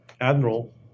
admiral